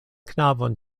knabon